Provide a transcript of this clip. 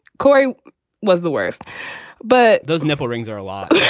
corey was the worst but those nipple rings are a lot